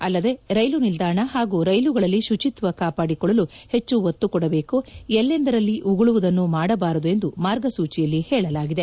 ಅಲ್ಲದೆ ರೈಲು ನಿಲ್ಲಾಣ ಹಾಗೂ ರೈಲುಗಳಲ್ಲಿ ಶುಚಿತ್ಲ ಕಾಪಾಡಿಕೊಳ್ಳಲು ಹೆಚ್ಚು ಒತ್ತು ಕೊಡಬೇಕು ಎಲ್ಲೆಂದರಲ್ಲಿ ಉಗುಳುವುದನ್ನು ಮಾಡಬಾರದು ಎಂದು ಮಾರ್ಗಸೂಚಿಯಲ್ಲಿ ಹೇಳಲಾಗಿದೆ